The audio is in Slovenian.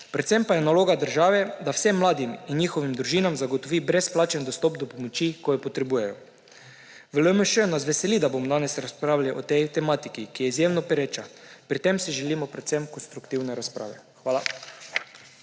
Predvsem pa je naloga države, da vsem mladim in njihovim družinam zagotovi brezplačen dostop do pomoči, ko jo potrebujejo. V LMŠ nas veseli, da bomo danes razpravljali o tej tematiki, ki je izjemno pereča. Pri tem si želimo predvsem konstruktivne razprave. Hvala.